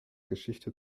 geschichte